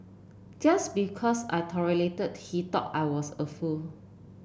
just because I tolerated he thought I was a fool